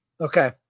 Okay